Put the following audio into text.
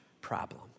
problem